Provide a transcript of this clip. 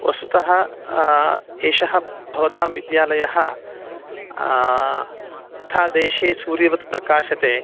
वस्सुतः एषः भवतां विद्यालयः यथा देशे सूर्यवत् प्रकाशते